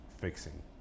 fixing